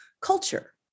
culture